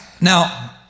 Now